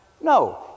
No